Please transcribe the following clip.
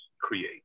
create